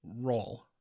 role